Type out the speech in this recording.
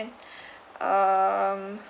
um